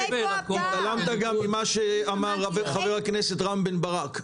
גם התעלמת ממה שאמר חבר הכנסת רם בן ברק.